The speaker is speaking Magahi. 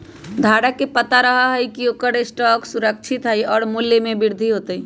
धारक के पता रहा हई की ओकर स्टॉक सुरक्षित हई और मूल्य में वृद्धि होतय